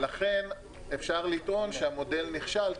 ולכן אפשר לטעון שהמודל נכשל,